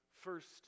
first